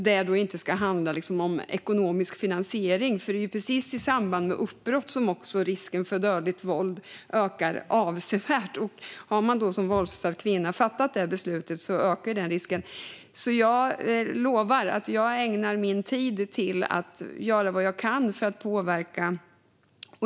Det ska inte handla om ekonomisk finansiering. Det är precis i samband med uppbrott som risken för dödligt våld ökar avsevärt. Om en våldsutsatt kvinna fattat beslutet ökar risken. Jag ägnar min tid till att göra vad jag kan för att påverka.